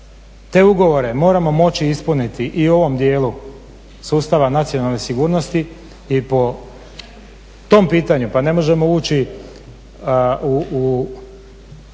te ugovore moramo moći ispuniti i u ovom dijelu sustava nacionalne sigurnosti i po tom pitanju pa ne možemo ući u